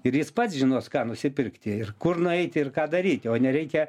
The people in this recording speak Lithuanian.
ir jis pats žinos ką nusipirkti ir kur nueiti ir ką daryti o nereikia